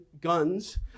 guns